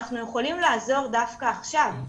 אנחנו יכולים לעזור דווקא עכשיו.